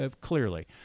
clearly